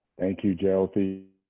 thank you jyoti.